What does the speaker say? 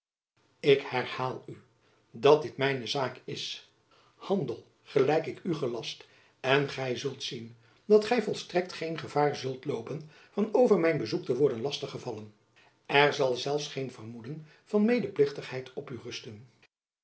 ik herhaal u dat dit mijne zaak is handel gelijk ik u gelast en gy zult zien dat gy volstrekt geen gevaar zult loopen van over mijn bezoek te worden lastig gevallen er zal zelfs geen vermoeden van medeplichtigheid op u rusten